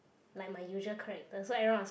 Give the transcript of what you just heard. like my usual character so everyone was